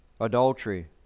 adultery